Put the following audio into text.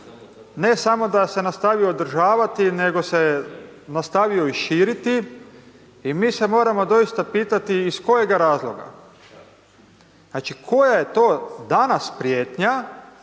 ne samo da se nastavio održavati, nego se nastavio i širiti i mi se moramo doista pitati iz kojega razloga. Znači koja je to danas prijetnja